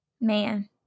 Man